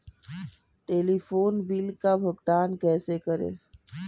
Telephone bill का भुगतान कैसे करें?